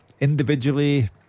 individually